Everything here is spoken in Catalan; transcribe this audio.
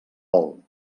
vol